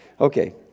okay